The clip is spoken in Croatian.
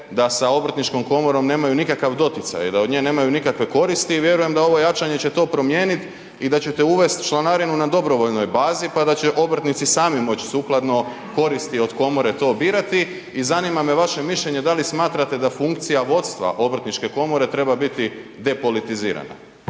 da sa obrtničkom komorom nemaju nikakav doticaj, da od nje nemaju nikakve koristi i vjerujem da ovo jačanje će to promijeniti i da ćete uvesti članarinu na dobrovoljnoj bazi pa da će obrtnici sami moći sukladno koristi od komore to birati. I zanima me vaše mišljenje da li smatrate da funkcija vodstva obrtničke komore treba biti depolitizirana?